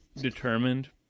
determined